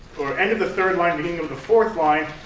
or end of the third line, beginning of the fourth line.